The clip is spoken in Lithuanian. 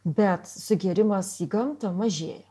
bet sugėrimas į gamtą mažėja